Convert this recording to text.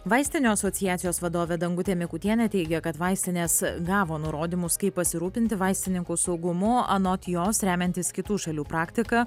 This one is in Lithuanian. vaistinių asociacijos vadovė dangutė mikutienė teigė kad vaistinės gavo nurodymus kaip pasirūpinti vaistininkų saugumu anot jos remiantis kitų šalių praktika